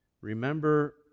Remember